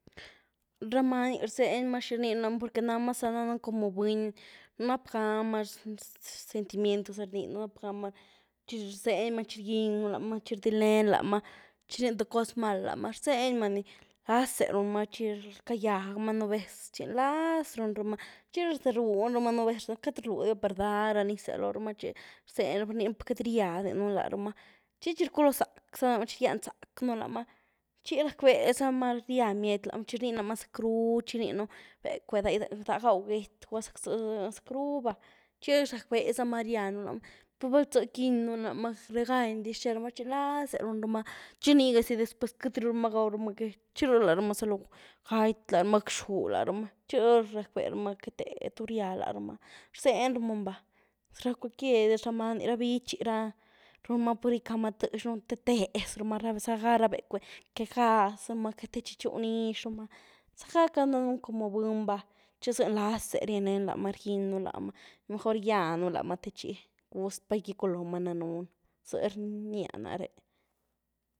Ra manyní rzenymaa xi rnieën lamaa pur que nama za danën como buny, nap'gamaa zz-sentimientos rníeën, nap'gamaa chi rzenymaa chi rgínynu lamaa, chi rdieln lamaa, chi rníen tïé coz mal lamaa, rzenymaa ni, nlazé runmaa chi rcágyiagmaa nubéz, chi nlaaz rúnramaa, chi runruma nubéz, queity rludí per rdá nyis'é loóhrumaa, chi-rzenyrumaa, rníeramaa pad queity riádinu larumaa chi-chi rcúlooh zac' zánú lamaa, chi rgyian zac' nu lamaa chi rac'bezamaa ryíia miety lamaa, chi rníen lamaa zacru chi rníen lamaa becw'e daáh, idaáh gwau get zacru ba, chi rac'bezamaa ryíianu lamaa per balzi quinynu lamaa, reganydiz cherumaa chi nlaze rúnramaa chi nigazie después queityrumaa gauramaa get chi ríé larumaa zalo gaty, larumaa zalo gac'xu, chi ríé rac' berumaa te tu ryiialarumaa, rzenyrumaann- ba. Ra cualquier diz ra manyní, ra bích'i ra, runmaa por icamaa t'iexën te tezrumaa zaga ra becw'e que gazramaa techi yunizhramaa zac' gaca danën como buny ba chi zie nlazé rnyienen lamaa rgyiénynu lamaa mejor gyiíanu lamaa techi guzt'pa iculoòmaa danën, zíe rníe naré.